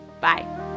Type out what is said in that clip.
Bye